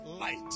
light